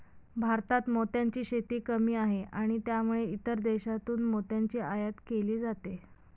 भारतात मोत्यांची शेती कमी आहे आणि त्यामुळे इतर देशांतून मोत्यांची आयात केली जाते